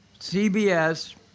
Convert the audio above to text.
CBS